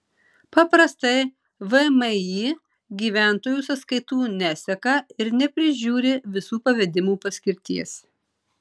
paprastai vmi gyventojų sąskaitų neseka ir neprižiūri visų pavedimų paskirties